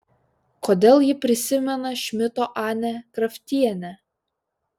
kodėl ji prisimena šmito anę kraftienę